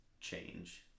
change